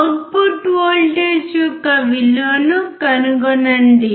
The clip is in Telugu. అవుట్పుట్ వోల్టేజ్ యొక్క విలువను కనుగొనండి